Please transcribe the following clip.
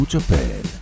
Japan